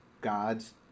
God's